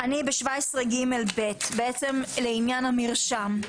אני ב-17(ג)(ב) לעניין המרשם.